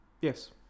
yes